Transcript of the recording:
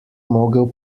mogel